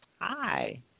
Hi